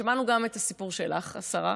שמענו גם את הסיפור שלך, השרה,